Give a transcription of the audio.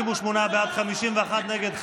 38 בעד, 51 נגד.